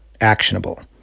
actionable